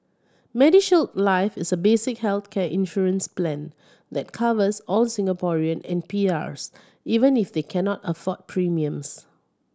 MediShield Life is a basic healthcare insurance plan that covers all Singaporeans and PRs even if they cannot afford premiums